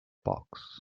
box